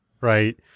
right